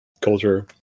culture